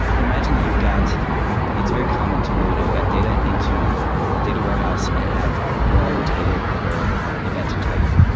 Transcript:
imagine that you've got it's very common to load event data into a data warehouse and have one table per event type,